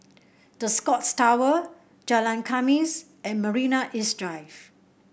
The Scotts Tower Jalan Khamis and Marina East Drive